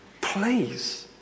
Please